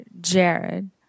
Jared